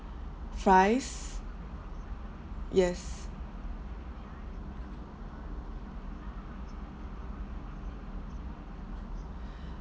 fries yes